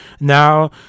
now